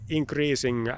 increasing